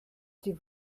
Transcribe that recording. die